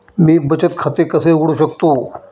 मी बचत खाते कसे उघडू शकतो?